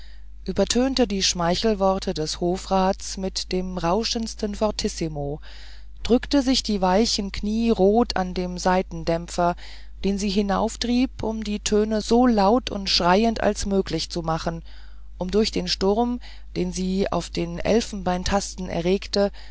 übertönte die schmeichelworte des hofrats mit dem rauschendsten fortissimo drückte sich die weichen knie rot an dem saitendämpfer den sie hinauftrieb um die töne so laut und schreiend als möglich zu machen um durch den sturm den sie auf den elfenbeintasten erregte